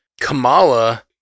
kamala